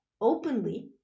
openly